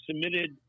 submitted